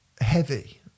heavy